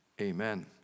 Amen